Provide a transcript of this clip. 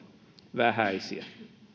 vähäisiä